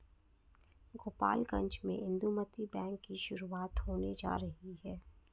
गोपालगंज में इंदुमती बैंक की शुरुआत होने जा रही है